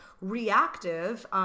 reactive